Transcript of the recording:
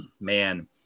Man